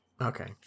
Okay